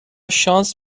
شانس